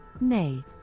nay